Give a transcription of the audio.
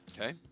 Okay